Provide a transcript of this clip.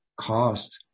cost